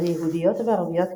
יהודיות וערביות כאחת,